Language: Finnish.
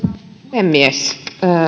puhemies